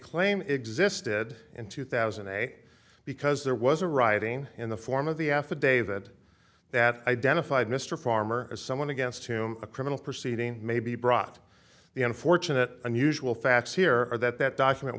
claim existed in two thousand and eight because there was a rioting in the form of the affidavit that identified mr farmer as someone against whom a criminal proceeding may be brought the unfortunate unusual facts here are that that document